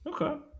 Okay